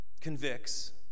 convicts